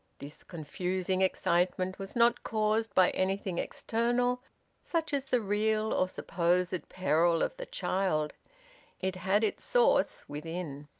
this confusing excitement was not caused by anything external such as the real or supposed peril of the child it had its source within.